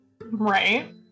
right